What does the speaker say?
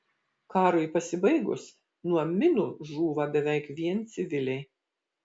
karui pasibaigus nuo minų žūva beveik vien civiliai